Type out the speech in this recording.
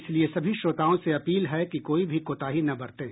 इसलिए सभी श्रोताओं से अपील है कि कोई भी कोताही न बरतें